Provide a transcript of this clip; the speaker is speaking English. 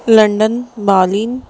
London Bali